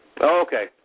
Okay